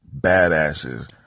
badasses